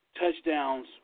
touchdowns